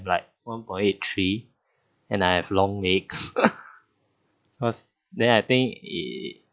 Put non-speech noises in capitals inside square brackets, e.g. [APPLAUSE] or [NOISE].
like one point eight three and I have long legs [LAUGHS] cause then I think it